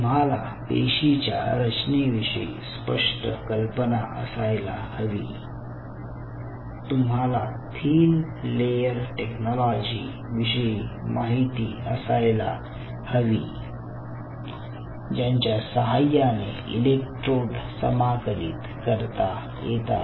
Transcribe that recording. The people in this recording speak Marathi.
तुम्हाला पेशीच्या रचनेविषयी स्पष्ट कल्पना असायला हवी तुम्हाला थिंन लेयर टेक्नॉलॉजी विषयी माहिती असायला हवी ज्याच्या सहाय्याने इलेक्ट्रॉड समाकलित करता येतात